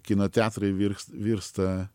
kino teatrai virs virsta